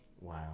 Wow